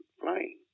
flying